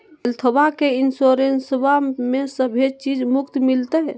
हेल्थबा के इंसोरेंसबा में सभे चीज मुफ्त मिलते?